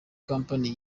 kompanyi